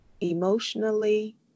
emotionally